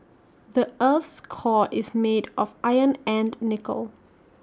the Earth's core is made of iron and nickel